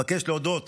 אבקש להודות